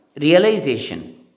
realization